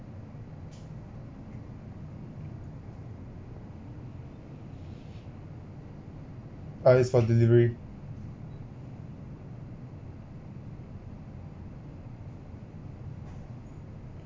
uh is for delivery